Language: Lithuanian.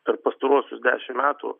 per pastaruosius dešimt metų